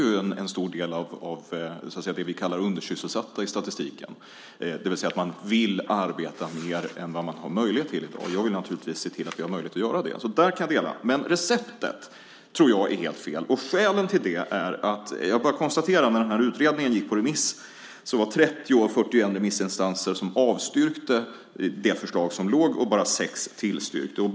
Där finns en stor del av dem vi i statistiken kallar undersysselsatta, det vill säga de som vill arbeta mer än de har möjlighet till. Jag vill naturligtvis se till att de har möjlighet att arbeta mer. Jag kan alltså dela oron. Däremot tror jag att receptet är helt fel. Jag bara konstaterar att när utredningen gick ut på remiss avstyrkte 30 av 41 remissinstanser det förslag som fanns. Endast sex tillstyrkte förslaget.